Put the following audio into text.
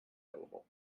available